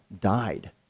died